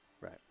Right